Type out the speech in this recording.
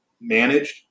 managed